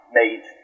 made